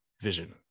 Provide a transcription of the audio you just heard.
vision